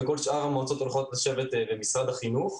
וכל שאר המועצות הולכות לשבת במשרד החינוך,